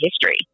history